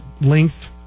length